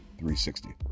360